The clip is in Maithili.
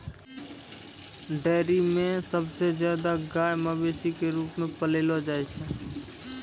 डेयरी म सबसे जादा गाय मवेशी क रूप म पाललो जाय छै